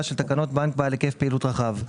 של תקנות בנק בעל היקף פעילות רחב".